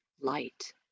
light